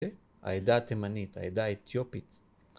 העדה התימנית, העדה האתיופית